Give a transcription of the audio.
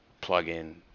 plug-in